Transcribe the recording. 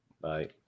Bye